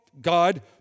God